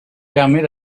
permet